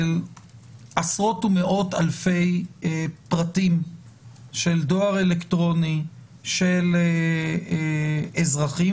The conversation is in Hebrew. של עשרות ומאות-אלפי פרטים של דואר אלקטרוני של אזרחים,